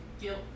guilt